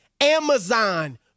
Amazon